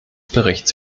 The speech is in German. berichts